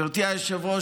גברתי היושבת-ראש,